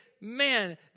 Man